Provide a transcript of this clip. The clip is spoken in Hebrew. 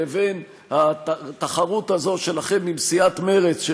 לבין התחרות הזו שלכם עם סיעת מרצ,